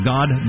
God